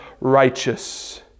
righteous